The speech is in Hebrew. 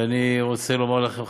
אני רוצה לומר לכם,